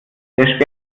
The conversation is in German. der